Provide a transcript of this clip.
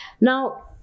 Now